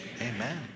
amen